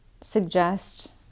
suggest